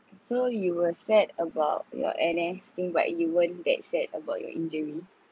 so you were sad about your N_S thing but you weren't that sad about your injury